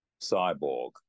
Cyborg